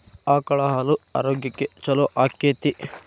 ಆಕಳ ಹಾಲು ಆರೋಗ್ಯಕ್ಕೆ ಛಲೋ ಆಕ್ಕೆತಿ?